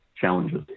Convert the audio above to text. challenges